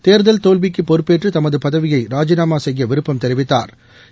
தேர்தல் தோல்விக்குப் பொறுப்பேற்று தமது பதவியை ராஜிநாமா செய்ய விருப்பம் தெரிவித்தாா்